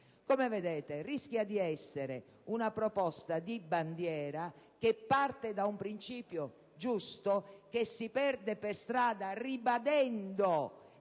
Come vedete, rischia di essere una proposta di bandiera che parte da un principio giusto che si perde per strada, ribadendo,